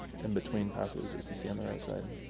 in between passes as you see on the right side.